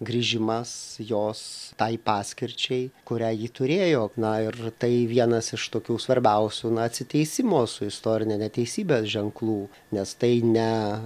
grįžimas jos tai paskirčiai kurią ji turėjo na ir tai vienas iš tokių svarbiausių na atsiteisimo su istorine neteisybe ženklų nes tai ne